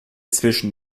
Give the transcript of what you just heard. zwischen